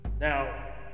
Now